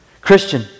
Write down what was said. Christian